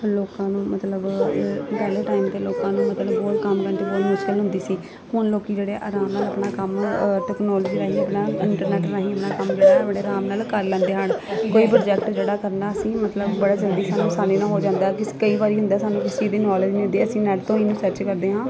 ਲੋਕਾਂ ਨੂੰ ਮਤਲਬ ਪਹਿਲੇ ਟਾਈਮ ਦੇ ਲੋਕਾਂ ਨੂੰ ਮਤਲਬ ਬਹੁਤ ਕੰਮ ਕਰਦੇ ਬਹੁਤ ਮੁਸ਼ਕਿਲ ਹੁੰਦੀ ਸੀ ਹੁਣ ਲੋਕੀ ਜਿਹੜੇ ਆ ਆਰਾਮ ਨਾਲ ਆਪਣਾ ਕੰਮ ਟੈਕਨੋਲੋਜੀ ਰਾਹੀਂ ਆਪਣਾ ਇੰਟਰਨੈਟ ਰਾਹੀਂ ਆਪਣਾ ਕੰਮ ਜਿਹੜਾ ਬੜੇ ਆਰਾਮ ਨਾਲ ਕਰ ਲੈਂਦੇ ਹਨ ਕੋਈ ਪ੍ਰੋਜੈਕਟ ਜਿਹੜਾ ਕਰਨਾ ਅਸੀਂ ਮਤਲਬ ਬੜਾ ਜਲਦੀ ਸਾਨੂੰ ਆਸਾਨੀ ਨਾਲ ਹੋ ਜਾਂਦਾ ਕਿਸ ਕਈ ਵਾਰੀ ਹੁੰਦਾ ਸਾਨੂੰ ਕਿਸੀ ਚੀਜ਼ ਦੀ ਨੌਲੇਜ ਨੀ ਹੁੰਦੀ ਅਸੀਂ ਨੈੱਟ ਤੋਂ ਹੀ ਇਹਨੂੰ ਸਰਚ ਕਰਦੇ ਹਾਂ